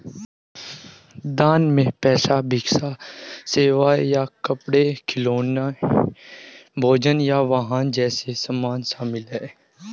दान में पैसा भिक्षा सेवाएं या कपड़े खिलौने भोजन या वाहन जैसे सामान शामिल हैं